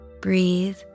breathe